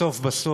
בסוף בסוף,